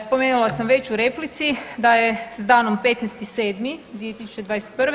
Spomenula sam već u replici da je s danom 15.7.2021.